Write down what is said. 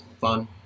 fun